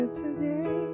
today